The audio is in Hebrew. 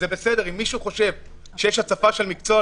זה בסדר אם מישהו חושב שיש הצפה של המקצוע,